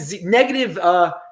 negative